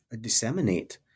disseminate